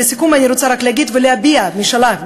לסיכום אני רוצה רק להביע משאלה,